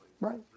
right